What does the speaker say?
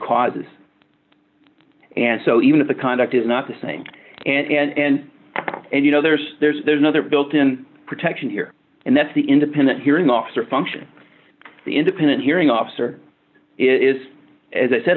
causes and so even if the conduct is not the same and and you know there's there's another built in protection here and that's the independent hearing officer function the independent hearing officer is as i said